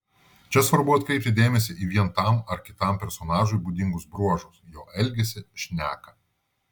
čia svarbu atkreipti dėmesį į vien tam ar kitam personažui būdingus bruožus jo elgesį šneką